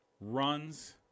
runs